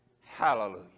Hallelujah